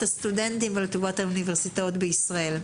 הסטודנטים ולטובת האוניברסיטאות בישראל.